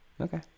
Okay